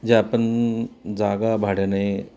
जे आपण जागा भाड्याने